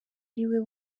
ariwe